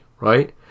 right